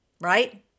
Right